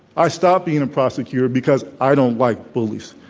i stopped being a prosecutor because i don't like bullies.